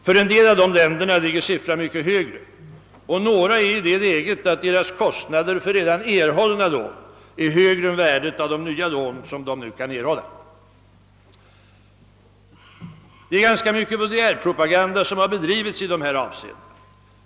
För en del av de länderna ligger siffran mycket högre och några är i det läget att deras kostnader för redan erhållna lån är högre än värdet av de nya lån som de nu kan erhålla. Det är ganska mycket vulgärpropaganda som har bedrivits i dessa avseenden.